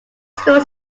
school